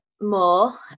more